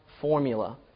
formula